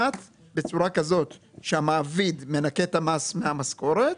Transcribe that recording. בצורה כזאת שהמעביד מנכה את המס מהמשכורת